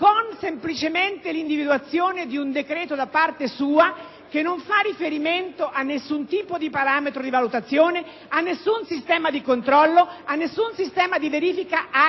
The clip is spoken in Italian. semplicemente con l'individuazione di un decreto da parte sua, che non fa riferimento a nessun tipo di parametro di valutazione, a nessun sistema di controllo, a nessun sistema di verifica